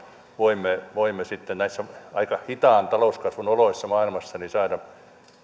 voimme voimme sitten näissä aika hitaan talouskasvun oloissa maailmassa saada